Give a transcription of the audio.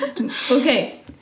Okay